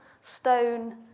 stone